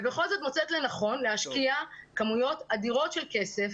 ובכל זאת מוצאת לנכון להשקיע כמויות אדירות של כסף